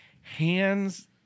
hands